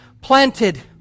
planted